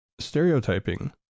Stereotyping